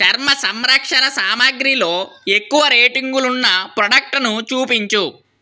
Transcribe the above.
చర్మ సంరక్షణ సామాగ్రిలో ఎక్కువ రేటింగులున్న ప్రోడక్ట్ను చూపించు